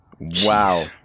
Wow